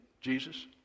Jesus